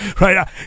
right